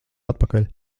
atpakaļ